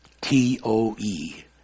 T-O-E